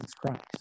Christ